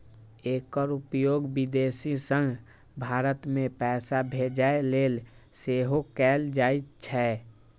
एकर उपयोग विदेश सं भारत मे पैसा भेजै लेल सेहो कैल जाइ छै